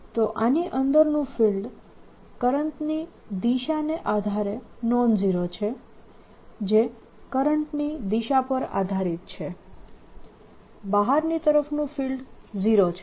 તો આની અંદરનું ફિલ્ડ કરંટની દિશાને આધારે નોન ઝીરો છે જે કરંટની દિશા પર આધારીત છે બહારની તરફનું ફિલ્ડ 0 છે